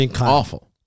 awful